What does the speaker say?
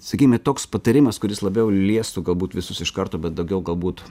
sakykime toks patarimas kuris labiau liestų galbūt visus iš karto bet daugiau galbūt